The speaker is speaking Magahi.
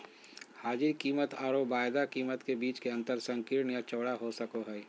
हाजिर कीमतआरो वायदा कीमत के बीच के अंतर संकीर्ण या चौड़ा हो सको हइ